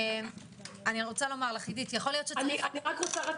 אנו חושבים